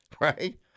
right